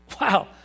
Wow